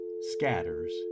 scatters